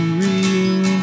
real